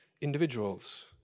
individuals